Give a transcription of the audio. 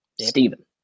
Steven